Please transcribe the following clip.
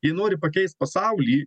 jei nori pakeist pasaulį